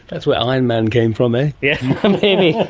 that's where iron man came from, ay? yeah um maybe!